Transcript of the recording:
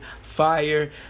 Fire